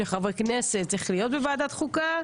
של חברי כנסת צריך להיות בוועדת חוקה.